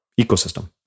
ecosystem